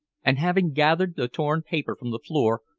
and having gathered the torn paper from the floor,